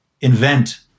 invent